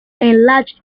enlarged